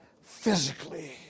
physically